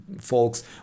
folks